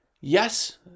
Yes